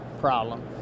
problem